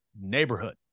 neighborhood